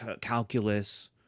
calculus